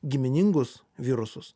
giminingus virusus